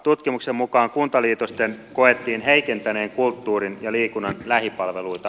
tutkimuksen mukaan kuntaliitosten koettiin heikentäneen kulttuurin ja liikunnan lähipalveluita